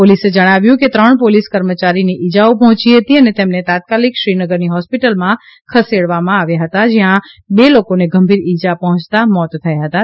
પોલીસે જણાવ્યું કે ત્રણ પોલીસ કર્મચારીને ઈજાઓ પહોંચી હતી અને તેમને તાત્કાલિક શ્રીનગરની હોસ્પિટલમાં ખસેડવામાં આવ્યા હતા જ્યાં બે લોકોને ગંભીર ઈજા પહોંચતા મોત થયાં હતાં